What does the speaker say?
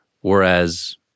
Whereas